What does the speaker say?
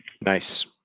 Nice